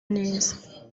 neza